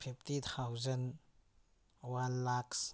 fifty thousand one lakh